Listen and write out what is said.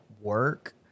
work